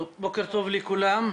בוקר טוב לכולם,